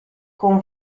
con